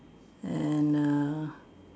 and err